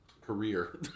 career